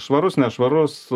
švarus nešvarus